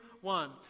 one